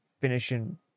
finishing